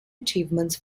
achievements